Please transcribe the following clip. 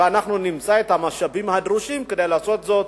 ואנחנו נמצא את המשאבים הדרושים כדי לעשות זאת.